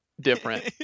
different